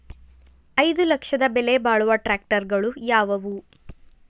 ಐದು ಲಕ್ಷದ ಬೆಲೆ ಬಾಳುವ ಟ್ರ್ಯಾಕ್ಟರಗಳು ಯಾವವು?